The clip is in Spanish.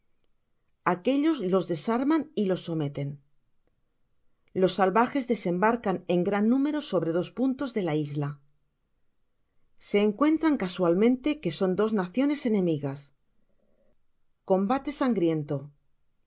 aquellos los desarman y los someten los salvajes desembarcan en gran número sobre dos puntos de la isla se encuentran casualmente que son dos naciones enemigas combate sangriento